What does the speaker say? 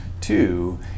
Two